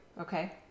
okay